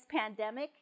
pandemic